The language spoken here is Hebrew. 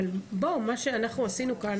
אבל מה שאנחנו עשינו כאן